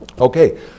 Okay